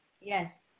Yes